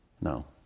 No